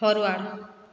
forward